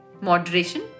moderation